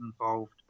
involved